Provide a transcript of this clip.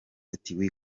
ati